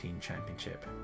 championship